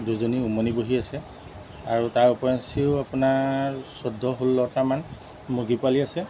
দুজনী উমনি বহি আছে আৰু তাৰ ওপৰঞ্চিও আপোনাৰ চৈধ্য ষোল্লটামান মুৰ্গী পোৱালি আছে